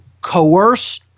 coerce